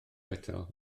eto